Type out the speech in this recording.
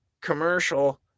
commercial